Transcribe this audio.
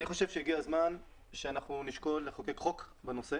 אני חושב שהגיע הזמן שאנחנו נשקול לחוקק חוק בנושא